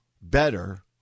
better